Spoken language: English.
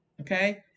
Okay